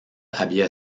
había